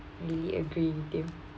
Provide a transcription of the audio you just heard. really agree with it